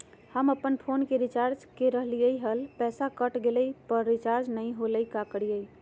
हम अपन फोन के रिचार्ज के रहलिय हल, पैसा कट गेलई, पर रिचार्ज नई होलई, का करियई?